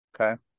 Okay